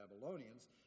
babylonians